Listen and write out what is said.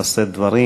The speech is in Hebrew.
לשאת דברים.